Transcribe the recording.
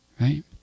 Right